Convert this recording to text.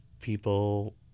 people